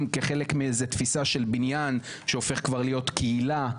כחלק מאיזו תפיסה של בניין שהופך כבר להיות קהילה,